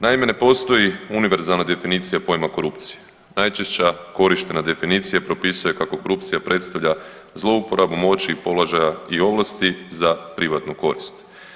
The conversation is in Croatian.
Naime, ne postoji univerzalna definicija pojma korupcije, najčešća korištena definicija propisuje kako korupcija predstavlja zlouporabu moći i položaja i ovlasti za privatnu korist.